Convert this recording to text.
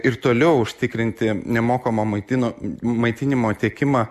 ir toliau užtikrinti nemokamą maitino maitinimo tiekimą